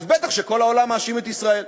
אז בטח שכל העולם מאשים את ישראל.